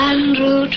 Andrew